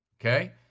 Okay